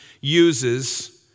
uses